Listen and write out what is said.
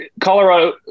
Colorado